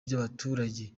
by’abaturage